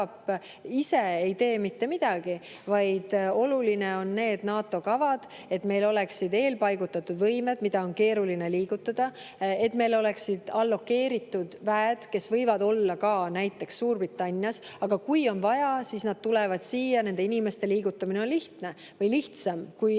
ise ei tee mitte midagi. Olulised on NATO kavad, et meil oleksid eelpaigutatud võimed, mida on keeruline liigutada, et meil oleksid allokeeritud väed, kes võivad olla ka näiteks Suurbritannias, aga kui on vaja, siis nad tulevad siia. Nende inimeste liigutamine on lihtne või lihtsam kui